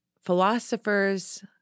philosophers